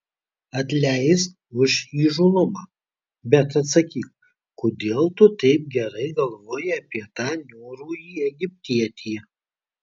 atleisk už įžūlumą bet atsakyk kodėl tu taip gerai galvoji apie tą niūrųjį egiptietį